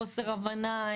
חוסר הבנה,